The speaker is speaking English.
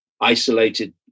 isolated